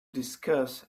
discuss